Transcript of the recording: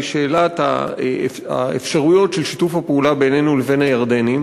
היא שאלת האפשרויות של שיתוף הפעולה בינינו ובין הירדנים,